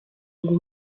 ngo